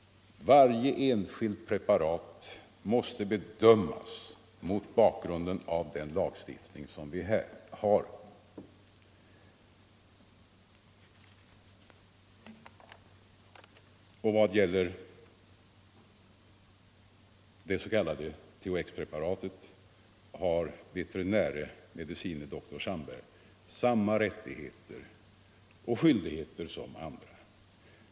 Varje enskilt preparat måste bedömas mot bakgrunden av den lagstiftning som vi har. I vad gäller det s.k. THX-preparatet har veterinär-medicine doktor Sandberg samma rättigheter och skyldigheter som andra.